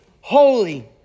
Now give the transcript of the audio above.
holy